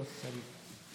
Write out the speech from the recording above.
יוסי שריד,